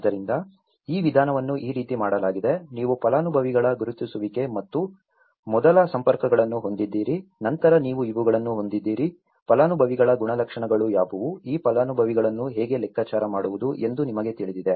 ಆದ್ದರಿಂದ ಈ ವಿಧಾನವನ್ನು ಈ ರೀತಿ ಮಾಡಲಾಗಿದೆ ನೀವು ಫಲಾನುಭವಿಗಳ ಗುರುತಿಸುವಿಕೆ ಮತ್ತು ಮೊದಲ ಸಂಪರ್ಕಗಳನ್ನು ಹೊಂದಿದ್ದೀರಿ ನಂತರ ನೀವು ಇವುಗಳನ್ನು ಹೊಂದಿದ್ದೀರಿ ಫಲಾನುಭವಿಗಳ ಗುಣಲಕ್ಷಣಗಳು ಯಾವುವು ಈ ಫಲಾನುಭವಿಗಳನ್ನು ಹೇಗೆ ಲೆಕ್ಕಾಚಾರ ಮಾಡುವುದು ಎಂದು ನಿಮಗೆ ತಿಳಿದಿದೆ